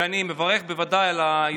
אני בוודאי מברך על היוזמה.